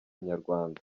inyarwanda